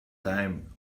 time